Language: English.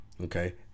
okay